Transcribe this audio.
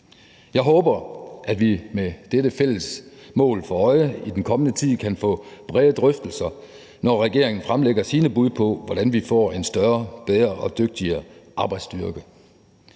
Jeg håber, at vi med dette fælles mål for øje i den kommende tid kan få brede drøftelser, når regeringen fremlægger sine bud på, hvordan vi får en større, bedre og dygtigere arbejdsstyrke